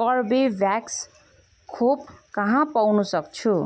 Corbevax खोप कहाँ पाउनु सक्छु